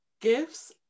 gifts